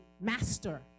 master